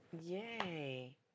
Yay